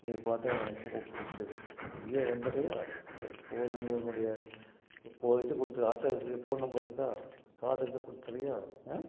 உன்னைப் பார்த்தா எனக்கு ரொம்ப போ பிடிச்சது நீயே வந்துடுறியா சரி ஃபோன் நம்பர் உன்னுடைய போ இது குடுத்துரு ஆட்டோ இது போன் நம்பர் இருக்கா கார்டு இருந்தால் கொடுத்துட்றியா ஆ